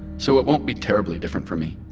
so it won't be terribly different for me.